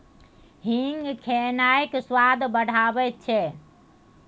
हींग खेनाइक स्वाद बढ़ाबैत छै